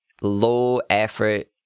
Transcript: low-effort